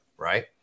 Right